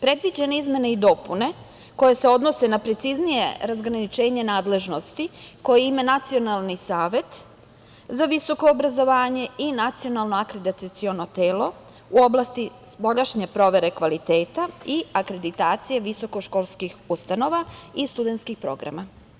Predviđene izmene i dopune koje se odnose na preciznije razgraničenje nadležnosti koje ima Nacionalni savet za visoko obrazovanje i Nacionalno akreditaciono telo u oblasti provere kvaliteta i akreditacije visokoškolskih ustanova i studentskih programa.